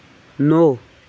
نوٚو